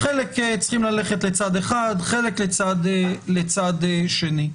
חלק צריכים ללכת לצד אחד, חלק לצד שני.